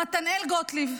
מתנאל גוטליב.